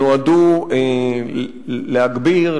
שנועדו להגביר,